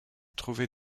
trouvé